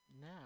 now